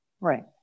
Right